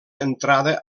entrada